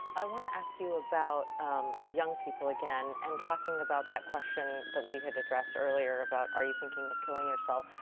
i want to ask you about young people, again. and talking about that question that we had addressed earlier about are you thinking of killing yourself.